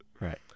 Right